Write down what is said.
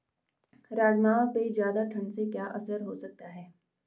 राजमा पे ज़्यादा ठण्ड से क्या असर हो सकता है?